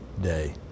day